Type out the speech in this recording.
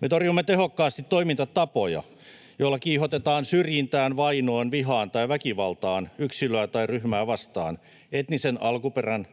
Me torjumme tehokkaasti toimintatapoja, joilla kiihotetaan syrjintään, vainoon, vihaan tai väkivaltaan yksilöä tai ryhmää vastaan etnisen alkuperän,